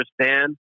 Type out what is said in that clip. understand